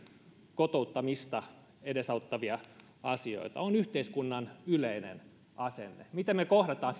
kotouttamista edesauttavia asioita on yhteiskunnan yleinen asenne miten me kohtaamme